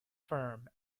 firm